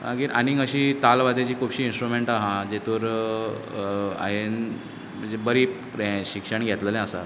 मागीर आनीक अशीं ताल वाद्याचीं खूबशीं इन्स्ट्रुमॅण्टां आहा जेतूर हांयेन बरें शिक्षण घेतलेलें आसा